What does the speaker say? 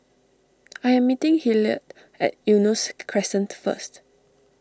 I am meeting Hillard at Eunos Crescent first